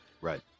Right